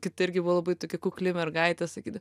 kita irgi buvo labai tokia kukli mergaitė sakyda